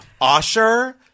Osher